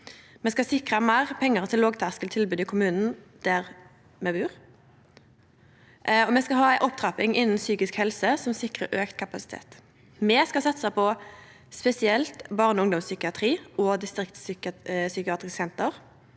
Me skal sikre meir pengar til lågterskeltilbod i kommunane, der me bur, og me skal ha ei opptrapping innanfor psykisk helse som sikrar auka kapasitet. Me skal satse spesielt på barne- og ungdomspsykiatri og distriktspsykiatriske senter.